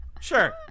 Sure